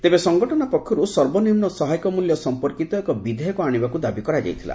ତେବେ ସଙ୍ଗଠନ ପକ୍ଷରୁ ସର୍ବନିମ୍ନ ସହାୟକ ମୂଲ୍ୟ ସମ୍ପର୍କିତ ଏକ ବିଧେୟକ ଆଶିବାକୁ ଦାବି କରାଯାଇଥିଲା